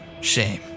shame